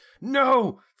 no